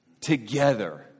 Together